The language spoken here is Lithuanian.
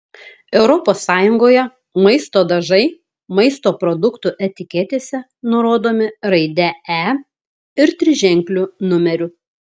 europos sąjungoje maisto dažai maisto produktų etiketėse nurodomi raide e ir triženkliu numeriu